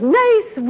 nice